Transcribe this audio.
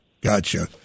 Gotcha